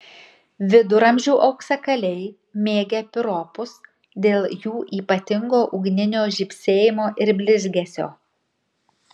viduramžių auksakaliai mėgę piropus dėl jų ypatingo ugninio žybsėjimo ir blizgesio